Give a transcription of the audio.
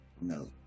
No